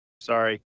sorry